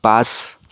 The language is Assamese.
পাঁচ